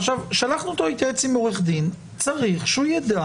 שלחנו אותו להתייעץ עם עורך דין וצריך שהוא ידע